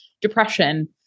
depression